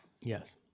Yes